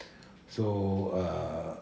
so err